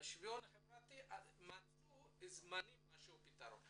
והמשרד הזה מצא פתרון